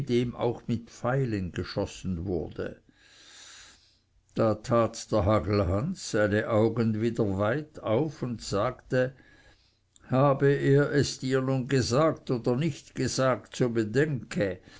auch mit pfeilen geschossen wurde da tat der hagelhans seine augen wieder weit auf und sagte habe er es dir nun gesagt oder nicht gesagt so bedenke